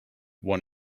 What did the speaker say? one